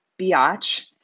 biatch